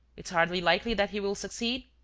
it's hardly likely that he will succeed?